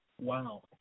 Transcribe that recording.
Wow